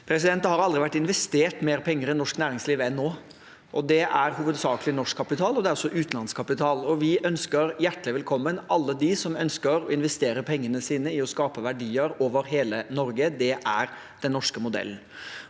eierskap. Det har aldri vært investert mer penger i norsk næringsliv enn nå, og det er hovedsakelig norsk kapital, men det er også utenlandsk kapital, og vi ønsker hjertelig velkommen alle dem som ønsker å investere pengene sine i å skape verdier over hele Norge. Det er den norske modellen.